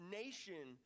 nation